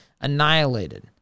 annihilated